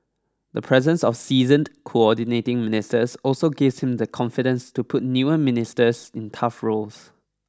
the presence of seasoned coordinating ministers also gives him the confidence to put newer ministers in tough roles